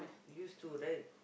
used to right